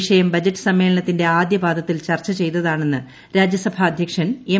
വിഷയം ബജറ്റ് സമ്മേളനത്തിന്റെ ആദ്യപാദത്തിൽ ചർച്ച ചെയ്തതാണെന്ന് രാജ്യസഭ അദ്ധ്യക്ഷൻ എം